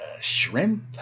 shrimp